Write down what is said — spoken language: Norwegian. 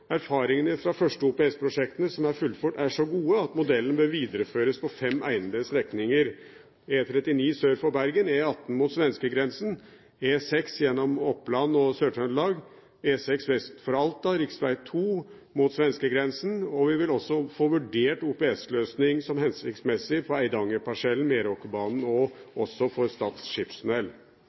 Erfaringene fra de første OPS-prosjektene som er fullført, er så gode at modellen bør videreføres på fem egnede strekninger: E39 sør før Bergen, E18 mot svenskegrensen, E6 gjennom Oppland og Sør-Trøndelag, E6 vest for Alta, rv. 2 mot svenskegrensen. Vi vil også få vurdert OPS-løsning som hensiktsmessig på Eidangerparsellen og Meråkerbanen og for Stad skipstunnel. Sammen med budsjettsaken ligger også saken om etablering av et veg- og